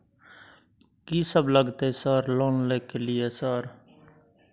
कि सब लगतै सर लोन ले के लिए सर?